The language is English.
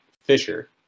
fisher